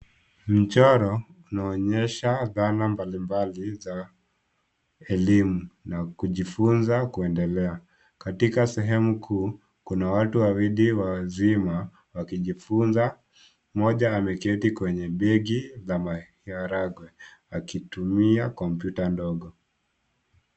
Mchoro unaonyesha dhana mbali mbali za elimu na kujifunza kuendelea. Katika sehemu kuu, kuna watu wawili wazima wakijifunza. Mmoja ameketi kwenye begi ya maharagwe akitumia kompyuta.